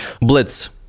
blitz